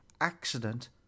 accident